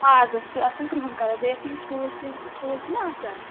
آز حظ چھِ آسان کرٛہُن کَلَر بیٚیہِ یُس یِم ٹھوٗل چھِ یِم ٹھوٗل چھِنا آسان